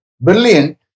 brilliant